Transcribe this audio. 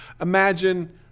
imagine